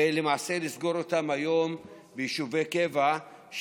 ולמעשה לסגור אותם היום ביישובי קבע.